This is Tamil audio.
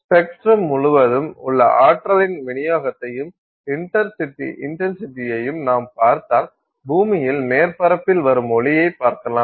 ஸ்பெக்ட்ரம் முழுவதும் உள்ள ஆற்றலின் விநியோகத்தையும் இன்டன்சிடியையும் நாம் பார்த்தால் பூமியின் மேற்பரப்பில் வரும் ஒளியைப் பார்க்கலாம்